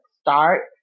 start